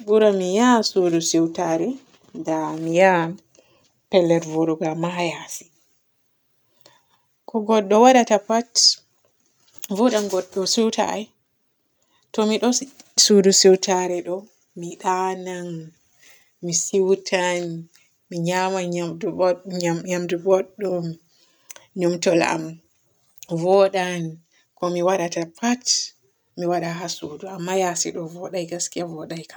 Buran mi ya suudu siiwtare da miya pellel volugo amma haa yaasi. Ko godɗo wadata pat vodan godɗo siiwta ai. Ti mi ɗo suudu siiwtare ɗo, mi ndaanan, mi siiwtan, mi nyaman nyamdu bod-nyamdu bodɗum, numtol am voodan, ko mi waadata pat mi waada ha suudu amma yaasi ɗo vooday gaskiya vooda kam.